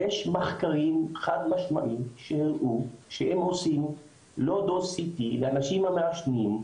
יש מחקרים חד משמעיים שמראים שאם עושים LOW-DOSE CT לאנשים המעשנים,